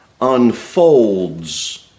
unfolds